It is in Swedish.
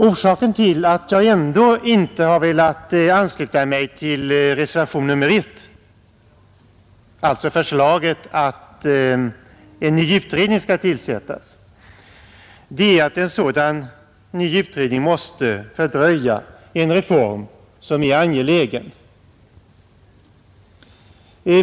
Orsaken till att jag ändå inte har velat ansluta mig till reservationen 1, alltså till förslaget att en ny utredning skall tillsättas, är att en sådan ny utredning måste fördröja en reform som är angelägen.